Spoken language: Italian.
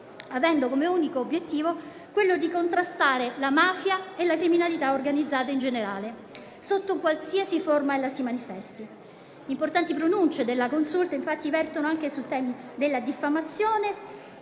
avendo come unico obiettivo quello di contrastare la mafia e la criminalità organizzata in generale, sotto qualsiasi forma si manifesti. Importanti pronunce della Consulta, infatti, vertono anche sui temi della diffamazione